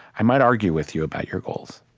i might argue with you about your goals.